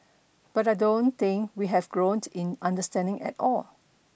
but I don't think we have grown in understanding at all